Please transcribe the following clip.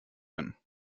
bin